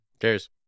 Cheers